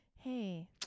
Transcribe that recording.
Hey